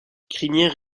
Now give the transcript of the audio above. crinière